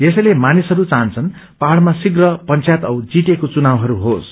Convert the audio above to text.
यसैले मानिसहरू चाहन्छन् पहाइमा शीप्र पंचायत औ जीटीएको चुनावहरू होस्